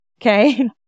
okay